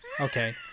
okay